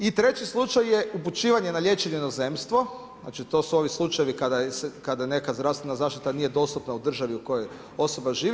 I treći slučaj je upućivanje na liječenje u inozemstvo, znači to su ovi slučajevi kada nekad zdravstvena zaštita nije dostupna u državi u kojoj osoba živi.